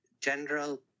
general